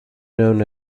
known